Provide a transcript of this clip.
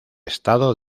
estado